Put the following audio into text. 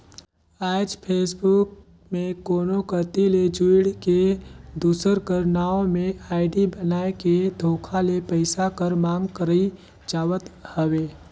आएज फेसबुक में कोनो कती ले जुइड़ के, दूसर कर नांव में आईडी बनाए के धोखा ले पइसा कर मांग करई जावत हवे